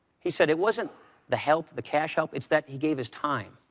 he said it wasn't the help the cash help it's that he gave his time,